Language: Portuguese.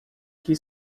que